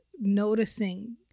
noticing